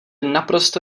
naprosto